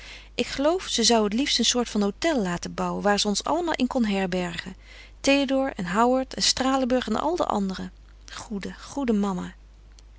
ik geloof ze zou het liefst een soort van hôtel laten bouwen waar ze ons allemaal in kon herbergen théodore en howard en stralenburg en al de anderen goede goede